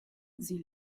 sie